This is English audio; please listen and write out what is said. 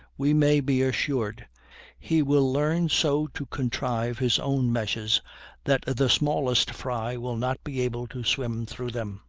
we may be assured he will learn so to contrive his own meshes that the smallest fry will not be able to swim through them.